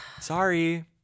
Sorry